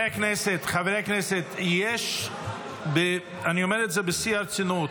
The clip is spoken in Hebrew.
חברי הכנסת, אני אומר את זה בשיא הרצינות.